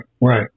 right